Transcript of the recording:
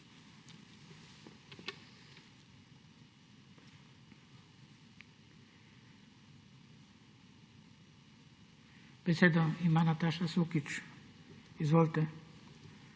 Besedo ima Nataša Sukič. Izvolite.